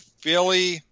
Philly